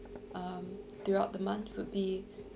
um throughout the month would be